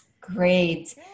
Great